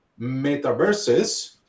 metaverses